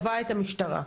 המשטרה,